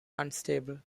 unstable